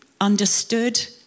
understood